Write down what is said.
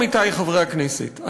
עמיתי חברי הכנסת,